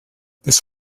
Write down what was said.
this